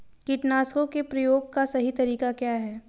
कीटनाशकों के प्रयोग का सही तरीका क्या है?